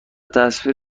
تصویر